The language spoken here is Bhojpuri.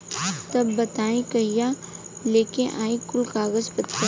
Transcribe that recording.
तब बताई कहिया लेके आई कुल कागज पतर?